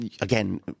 again